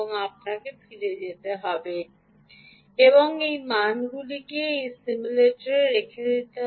আপনাকে ফিরে যেতে হবে এবং এই মানগুলিকে এই সিমুলেটারে রেখে দিতে হবে